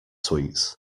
sweets